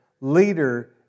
leader